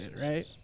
right